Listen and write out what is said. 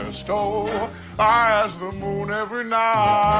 ah so ah i ask the moon every night